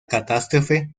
catástrofe